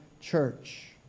church